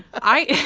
i